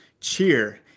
cheer